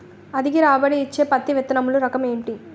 అధిక రాబడి ఇచ్చే పత్తి విత్తనములు రకం ఏంటి?